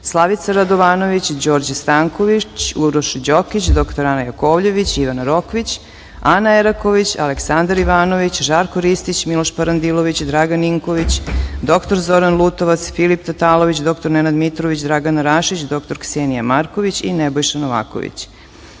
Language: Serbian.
Slavica Radovanović, Đorđe Stanković, Uroš Đokić, dr Ana Jakovljević, Ivana Rokvić, Ana Eraković, Aleksandar Ivanović, Žarko Ristić, Miloš Parandilović, Dragan Ninković, dr Zoran Lutovac, Filip Tatalović, dr Nenad Mitrović, Dragana Rašić, dr Ksenija Marković i Nebojša Novaković. Primili